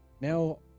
now